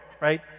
right